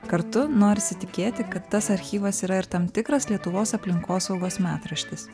kartu norisi tikėti kad tas archyvas yra ir tam tikras lietuvos aplinkosaugos metraštis